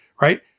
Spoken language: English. right